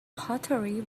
pottery